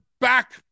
back